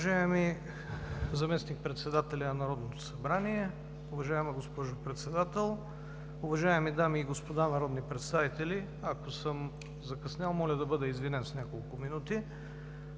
Уважаеми заместник-председатели на Народното събрание, уважаема госпожо Председател, уважаеми дами и господа народни представители! Ако съм закъснял, моля да бъда извинен с няколко минути.